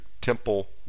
temple